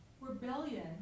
rebellion